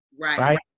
Right